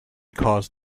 cause